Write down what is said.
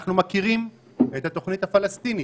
אנחנו מכירים את התוכנית הפלסטינית,